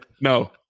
no